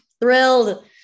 thrilled